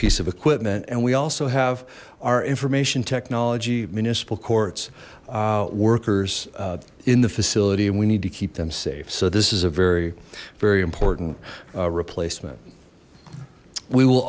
piece of equipment and we also have our information technology municipal courts workers in the facility and we need to keep them safe so this is a very very important replacement we will